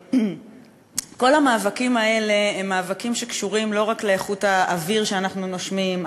כל המאבקים האלה הם מאבקים שקשורים לא רק לאיכות האוויר שאנחנו נושמים,